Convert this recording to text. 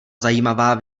zajímavá